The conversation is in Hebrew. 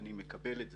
אני מקבל את זה.